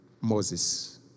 Moses